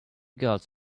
girls